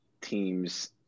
teams –